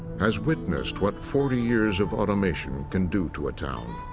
has witnessed what forty years of automation can do to a town.